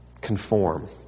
Conform